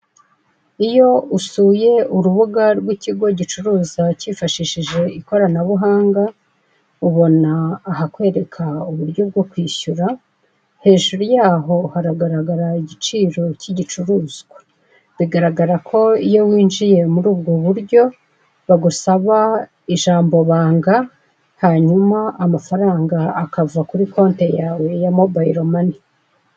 Iyo usuye urubuga rw'ikigo gicuruza cyifashishije ikoranabuhanga, ubona ahakwereka uburyo bwo kwishyura, hejuru yaho haragaragara igiciro cy'igicuruzwa, bigaragara ko iyo winjiye muri ubwo buryo bagusaba ijambobanga, hanyuma amafaranga akava kuri konti yawe ya mobayiro Mani.